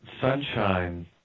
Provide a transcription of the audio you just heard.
sunshine –